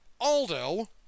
Aldo